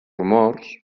rumors